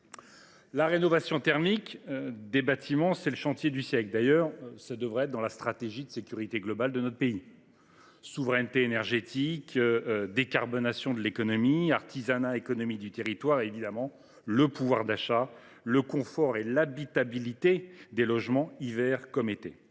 La rénovation thermique des bâtiments est le chantier du siècle. Elle devrait d’ailleurs être incluse dans la stratégie de sécurité globale de notre pays. Souveraineté énergétique, décarbonation de l’économie, artisanat et économie des territoires, ainsi que, évidemment, pouvoir d’achat, confort et habitabilité des logements hiver comme été